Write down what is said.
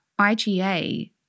IgA